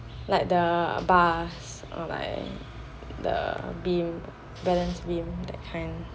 like the bars or like the the beam balance beam that kind